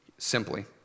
Simply